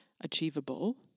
achievable